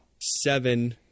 seven